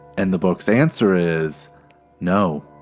and the book's answer is no.